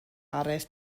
araith